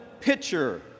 pitcher